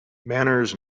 manners